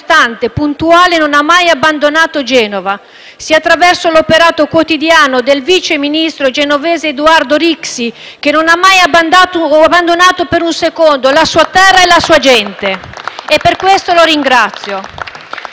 costante e puntuale non ha mai abbandonato Genova, sia attraverso l’operato quotidiano del vice ministro genovese Edoardo Rixi, che non ha mai lasciato per un secondo la sua terra e la sua gente e che per questo ringrazio.